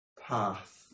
path